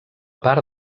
part